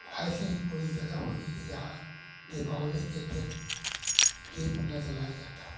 ऐसे ही कोई जगह होगी कि जहाँ दीपावली के दिन दीप ना जलाए जाता हो